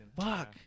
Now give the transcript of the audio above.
Fuck